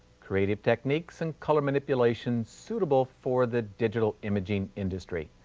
creative techniques and color manipulations suitable for the digital imaging industry.